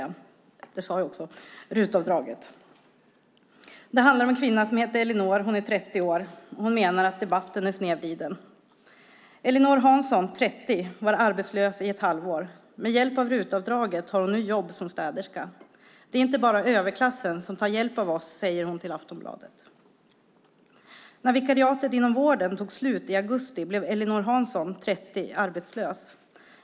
Artikeln handlar om en kvinna, Ellinor, 30 år. Hon menar att debatten är snedvriden: "Ellinor Hansson, 30, var arbetslös i ett halvår. Med hjälp av Rut-avdraget har hon nu jobb som städerska. - Det är inte bara överklassen som tar hjälp av oss, säger hon till Aftonbladet. När vikariatet inom vården tog slut i augusti blev Ellinor Hansson, 30, arbetslös.